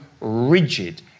rigid